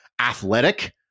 athletic